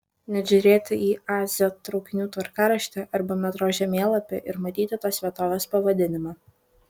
net žiūrėti į a z traukinių tvarkaraštį arba metro žemėlapį ir matyti tos vietovės pavadinimą